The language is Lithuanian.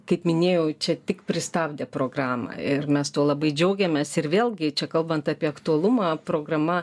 kaip minėjau čia tik pristabdė programą ir mes tuo labai džiaugiamės ir vėlgi čia kalbant apie aktualumą programa